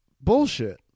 bullshit